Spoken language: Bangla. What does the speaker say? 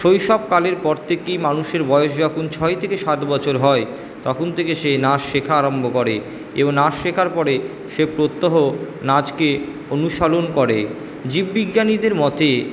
শৈশবকালের পর থেকেই মানুষের বয়েস যখন ছয় থেকে সাত বছর হয় তখন থেকে সে নাচ শেখা আরম্ভ করে এবং নাচ শেখার পরে সে প্রত্যহ নাচকে অনুসরণ করে জীব বিজ্ঞানীদের মতে